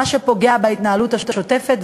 מה שפוגע בהתנהלות השוטפת.